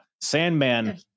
Sandman